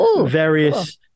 various